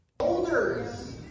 Shoulders